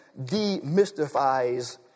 demystifies